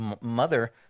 mother